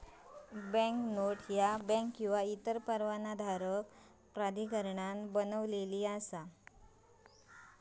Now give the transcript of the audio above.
banknote ह्या bank किंवा इतर परवानाधारक प्राधिकरणान बनविली असा